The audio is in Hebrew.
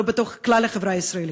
לא בתוך כלל החברה הישראלית.